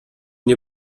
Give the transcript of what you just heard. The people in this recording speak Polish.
nie